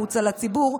החוצה לציבור,